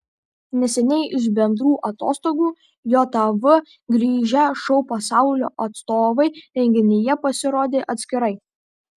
neseniai iš bendrų atostogų jav grįžę šou pasaulio atstovai renginyje pasirodė atskirai